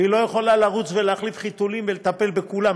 והיא לא יכולה לרוץ להחליף חיתולים ולטפל בכולם,